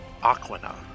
Aquina